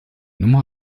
nummer